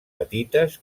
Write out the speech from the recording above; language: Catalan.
petites